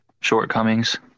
shortcomings